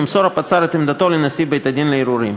ימסור הפצ"ר את עמדתו לנשיא בית-הדין לערעורים.